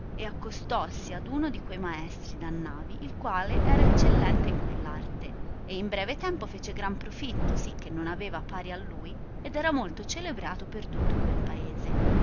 e accostossi ad uno di quei maestri da navi il quale era eccellente in quell arte e in breve tempo fece gran profitto sì che non aveva pari a lui ed era molto celebrato per tutto quel paese